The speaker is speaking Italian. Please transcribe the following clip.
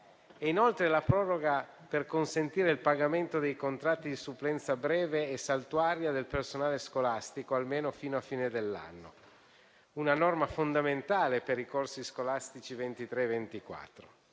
e la proroga per consentire il pagamento dei contratti di supplenza breve e saltuaria del personale scolastico, almeno fino a fine anno: una norma fondamentale per i corsi scolastici 2023-2024.